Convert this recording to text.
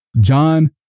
john